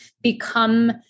become